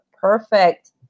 perfect